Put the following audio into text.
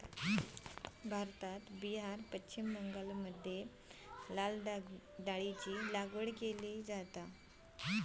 भारतात बिहार, पश्चिम बंगालमध्ये लाल डाळीची लागवड केली जाता